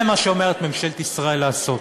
זה מה שאומרת ממשלת ישראל לעשות.